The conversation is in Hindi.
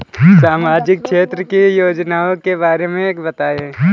सामाजिक क्षेत्र की योजनाओं के बारे में बताएँ?